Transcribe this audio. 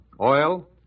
oil